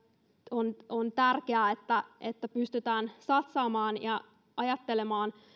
on tärkeää että että pystytään satsaamaan ja ajattelemaan